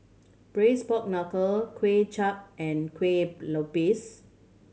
Braised Pork Knuckle Kuay Chap and Kuih Lopes